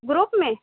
group میں